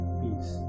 peace